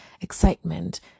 excitement